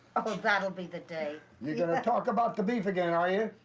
oh, that'll be the day. you're gonna talk about the beef again, are you?